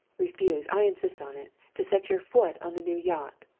refuse, i insist on it, to set your foot on the new yacht